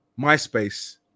MySpace